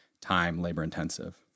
time-labor-intensive